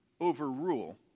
overrule